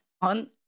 on